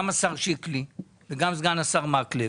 גם השר שיקלי וגם סגן השר מקלב.